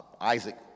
Isaac